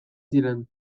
ziren